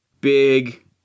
big